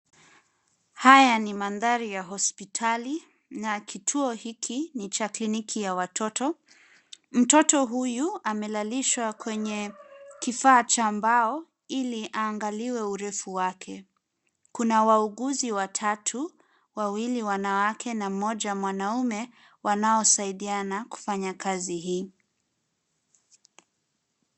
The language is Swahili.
Haya ni mandhari ya hospitali na kituo hiki ni cha kliniki ya watoto. Mtoto huyu amelalishwa kwenye kifaa cha mbao ili aangaliwe urefu wake. Kuna wauguzi watatu, wawili wanawake na mmoja mwanaume wanaosaidiana kufanya kazi hii.